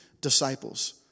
disciples